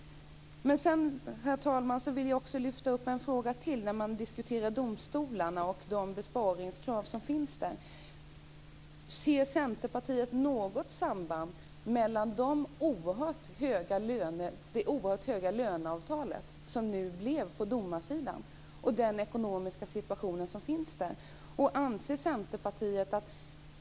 Sedan, herr talman, vill jag lyfta upp en annan fråga. Det gäller diskussionen om domstolarna och de besparingskrav som finns där. Ser Centerpartiet något samband mellan det oerhört höga löneavtal på domarsidan som nu kom till och den ekonomiska situation som finns där?